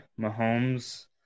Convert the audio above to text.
Mahomes